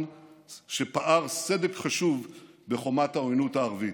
שפער סדק חשוב בחומת העוינות הערבית.